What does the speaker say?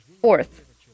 Fourth